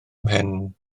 mhen